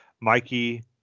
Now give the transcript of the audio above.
Mikey